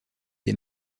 des